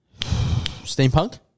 Steampunk